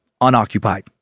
unoccupied